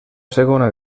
segona